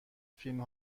فیلم